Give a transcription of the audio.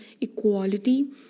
equality